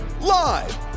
live